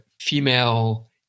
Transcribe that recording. female